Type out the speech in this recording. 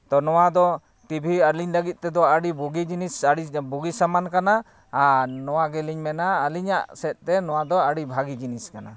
ᱛᱚ ᱱᱚᱣᱟ ᱫᱚ ᱴᱤᱵᱷᱤ ᱟᱹᱞᱤᱧ ᱞᱟᱹᱜᱤᱫ ᱛᱮᱫᱚ ᱟᱹᱰᱤ ᱵᱩᱜᱤ ᱡᱤᱱᱤᱥ ᱟᱹᱰᱤ ᱟᱹᱰᱤ ᱵᱩᱜᱤ ᱥᱟᱢᱟᱱ ᱠᱟᱱᱟ ᱟᱨ ᱱᱚᱣᱟ ᱜᱮᱞᱤᱧ ᱢᱮᱱᱟ ᱟᱹᱞᱤᱧᱟᱜ ᱥᱮᱫᱛᱮ ᱱᱚᱣᱟ ᱫᱚ ᱟᱹᱰᱤ ᱵᱷᱟᱹᱜᱤ ᱡᱤᱱᱤᱥ ᱠᱟᱱᱟ